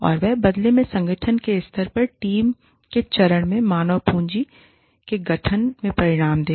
और वह बदले में संगठन के स्तर पर टीम के चरण में मानव पूंजी के गठन में परिणाम देगा